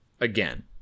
again